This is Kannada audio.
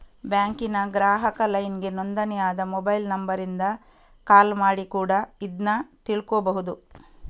ಬ್ಯಾಂಕಿನ ಗ್ರಾಹಕ ಸೇವಾ ಲೈನ್ಗೆ ನೋಂದಣಿ ಆದ ಮೊಬೈಲ್ ನಂಬರಿಂದ ಕಾಲ್ ಮಾಡಿ ಕೂಡಾ ಇದ್ನ ತಿಳ್ಕೋಬಹುದು